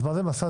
אז מה זה 50ב2?